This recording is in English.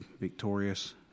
victorious